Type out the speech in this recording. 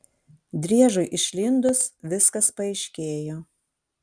driežui išlindus viskas paaiškėjo